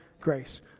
grace